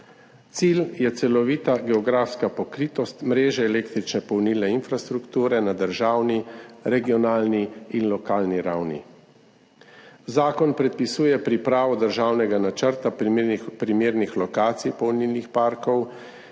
Cilj je celovita geografska pokritost mreže električne polnilne infrastrukture na državni, regionalni in lokalni ravni. Zakon predpisuje pripravo državnega načrta primernih lokacij polnilnih parkov,